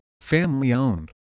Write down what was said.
family-owned